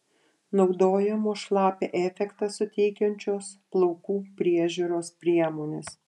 naudojamos šlapią efektą suteikiančios plaukų priežiūros priemonės